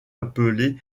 appelé